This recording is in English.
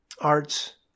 arts